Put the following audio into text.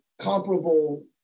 comparable